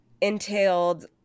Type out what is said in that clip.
entailed